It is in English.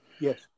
yes